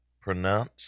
pronounce